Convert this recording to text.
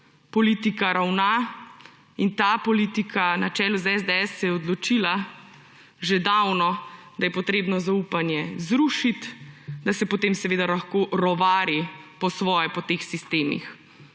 politika ravna. In ta politika na čelu s SDS se je odločila že davno, da je treba zaupanje zrušiti, da se potem seveda lahko rovari po svoje po teh sistemih.